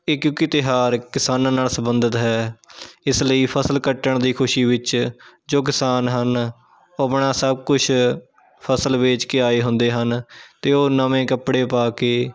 ਇਹ ਕਿਉਂਕਿ ਤਿਉਹਾਰ ਕਿਸਾਨਾਂ ਨਾਲ ਸਬੰਧਿਤ ਹੈ ਇਸ ਲਈ ਫਸਲ ਕੱਟਣ ਦੀ ਖੁਸ਼ੀ ਵਿੱਚ ਜੋ ਕਿਸਾਨ ਹਨ ਉਹ ਆਪਣਾ ਸਭ ਕੁਛ ਫਸਲ ਵੇਚ ਕੇ ਆਏ ਹੁੰਦੇ ਹਨ ਅਤੇ ਉਹ ਨਵੇਂ ਕੱਪੜੇ ਪਾ ਕੇ